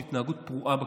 יש התנהגות פרועה בכבישים,